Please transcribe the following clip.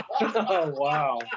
wow